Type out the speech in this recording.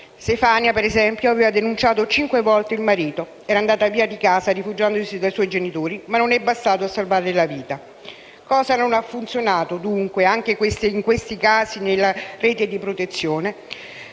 Stefania, ad esempio, aveva denunciato cinque volte il marito ed era andata via di casa, rifugiandosi dai suoi genitori; ma ciò non è bastato a salvarle la vita. Cosa non ha funzionato dunque, anche in questi casi, nella rete di protezione?